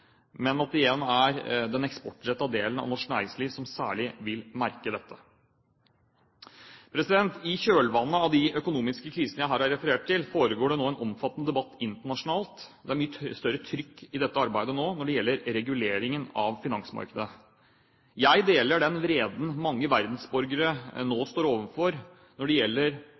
den eksportrettede delen av norsk næringsliv som særlig vil merke dette. I kjølvannet av de økonomiske krisene jeg her har referert til, foregår det nå en omfattende debatt internasjonalt – og det er mye større trykk i dette arbeidet nå – når det gjelder reguleringen av finansmarkedet. Jeg deler den vreden mange verdensborgere nå føler når det gjelder